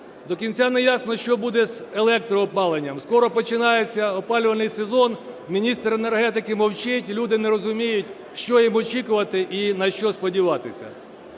До кінця не ясно, що буде з електроопаленням. Скоро починається опалювальний сезон, міністр енергетики мовчить, люди не розуміють, що їм очікувати і нащо сподіватися.